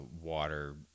water